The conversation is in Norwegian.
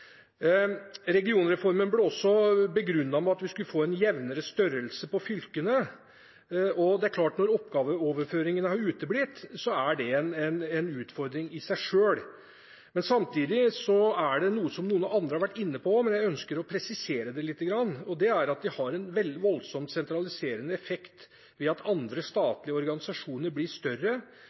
Regionreformen ble også begrunnet med at vi skulle få en jevnere størrelse på fylkene, og det er klart at når oppgaveoverføringene har uteblitt, er det en utfordring i seg selv. Samtidig er det noe som noen andre har vært inne på, men som jeg ønsker å presisere lite grann, og det er at det har en voldsom sentraliserende effekt ved at andre statlige organisasjoner blir større.